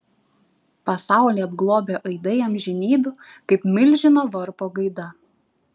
pasaulį apglobę aidai amžinybių kaip milžino varpo gaida